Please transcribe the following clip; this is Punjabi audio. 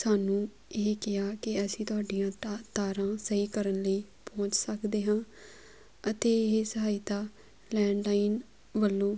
ਸਾਨੂੰ ਇਹ ਕਿਹਾ ਕਿ ਅਸੀਂ ਤੁਹਾਡੀਆਂ ਤਾ ਤਾਰਾਂ ਸਹੀ ਕਰਨ ਲਈ ਪਹੁੰਚ ਸਕਦੇ ਹਾਂ ਅਤੇ ਇਹ ਸਹਾਇਤਾ ਲੈਂਡਲਾਈਨ ਵੱਲੋਂ